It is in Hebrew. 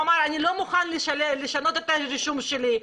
הוא אמר: אני לא מוכן לשנות את הרישום שלי,